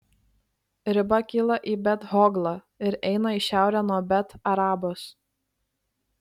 riba kyla į bet hoglą ir eina į šiaurę nuo bet arabos